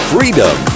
Freedom